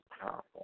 powerful